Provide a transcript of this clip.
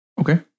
Okay